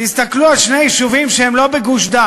תסתכלו על שני יישובים שהם לא בגוש-דן,